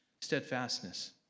steadfastness